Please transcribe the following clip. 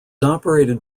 operated